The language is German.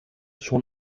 schon